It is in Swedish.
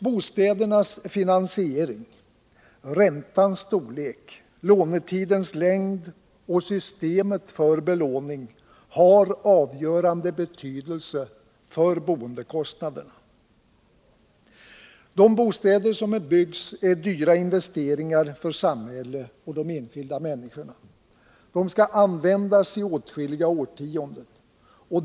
Bostädernas finansiering, räntans storlek, lånetidens längd och systemet för belåning har avgörande betydelse för boendekostnaderna. De bostäder som byggs är dyra investeringar för samhället och de enskilda människorna. De skall användas i åtskilliga årtionden.